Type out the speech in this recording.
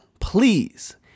Please